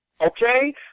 Okay